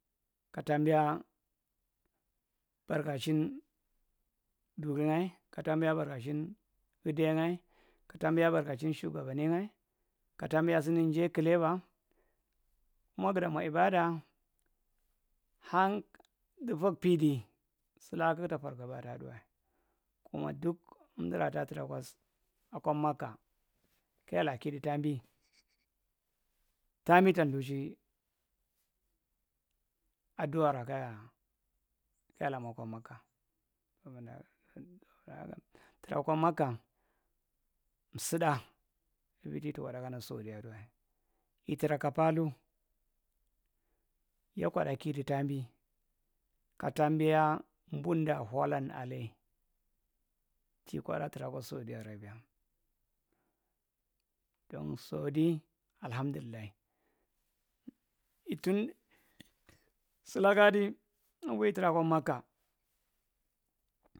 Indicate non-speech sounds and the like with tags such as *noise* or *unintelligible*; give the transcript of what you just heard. Katambiya baarga chin ɗuri’ ngyae, ka tambiya barga chin shugabanin gtaa katambiya ibada hang tɗifang pidi sulaka kigtafargaba aduwa, kuna ɗug umdira ta tuna kwa makka kayala kidu tambi, tambi ta lthachi aɗuwara kaya kayara mwa kwa makka *unintelligible* tra kwa makkan msuda evi ti tukwa talakana saudiyan asaduwae itra kapathu yakwa ɗa kidu tambi katambiya bundahwalan alle ki kwada tira kwa saudiya rebia don saudi alaham dullai itun sulakadai invi trakwa makka.